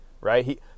right